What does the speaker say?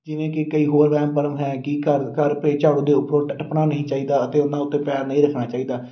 ਜਿਵੇਂ ਕਿ ਕਈ ਹੋਰ ਵਹਿਮ ਭਰਮ ਹੈ ਕਿ ਘਰ ਘਰ ਪਏ ਝਾੜੂ ਦੇ ਉਪਰ ਟ ਟੱਪਣਾ ਨਹੀਂ ਚਾਹੀਦਾ ਅਤੇ ਉਹਨਾਂ ਉੱਤੇ ਪੈਰ ਨਹੀਂ ਰੱਖਣਾ ਚਾਹੀਦਾ